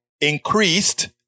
increased